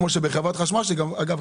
אגב,